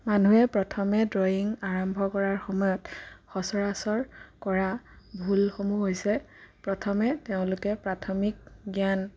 মানুহে প্ৰথমে দ্ৰইং আৰম্ভ কৰাৰ সময়ত সচৰাচৰ কৰা ভুলসমূহ হৈছে প্ৰথমে তেওঁলোকে প্ৰাথমিক জ্ঞান